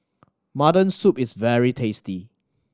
mutton soup is very tasty